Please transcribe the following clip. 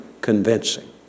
convincing